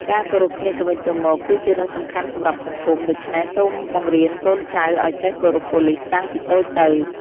ការគោរពគ្នាទៅវិញទៅមក គឺជារឿងសំខាន់សម្រាប់សង្គម ដូច្នេះសូមបង្រៀនកូនចៅឱ្យចេះគោរពប៉ូលិសតាំងពីតូចទៅ។